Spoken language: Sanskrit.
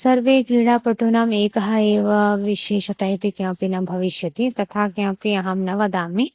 सर्वे क्रीडापटूनां एकः एव विशेषता इति किमपि न भविष्यति तथा किमपि अहं न वदामि